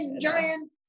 giant